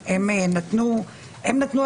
מעלה את עניין שיווק